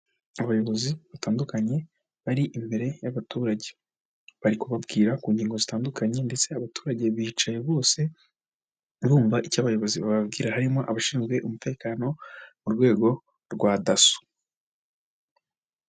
Abayobozi batandukanye bari imbere y'abaturage, bari kubabwira ku ngingo zitandukanye ndetse abaturage bicaye bose bumva icyo abayobozi bababwira, harimo abashinzwe umutekano mu rwego rwa Dasso.